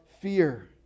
fear